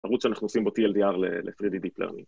ערוץ שאנחנו עושים בו TLDR ל-3D deep learning